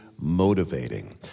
motivating